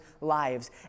lives